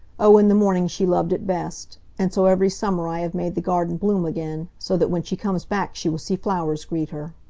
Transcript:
oh, in the morning she loved it best. and so every summer i have made the garden bloom again, so that when she comes back she will see flowers greet her.